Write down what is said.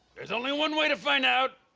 there's only one way to find out.